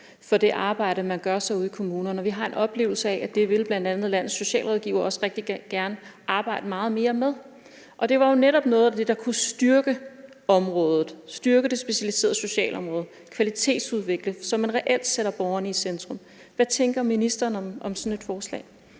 i det arbejde, man gør ude i kommunerne. Vi har en oplevelse af, at bla. landets socialrådgivere rigtig gerne vil arbejde meget mere med det. Det var jo netop noget af det, der kunne styrke det specialiserede socialområde og sikre kvalitetsudvikling, så man reelt sætter borgeren i centrum. Hvad tænker ministeren om sådan et forslag?